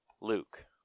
Luke